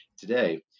today